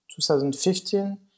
2015